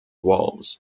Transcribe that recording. walls